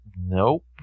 Nope